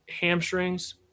hamstrings